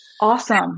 Awesome